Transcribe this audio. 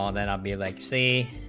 um and be like c